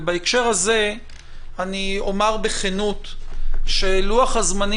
ובהקשר הזה אני אומר בכנות שלוח-הזמנים